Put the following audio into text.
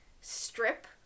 strip